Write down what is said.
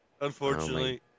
unfortunately